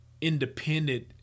independent